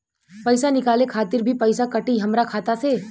पईसा निकाले खातिर भी पईसा कटी हमरा खाता से?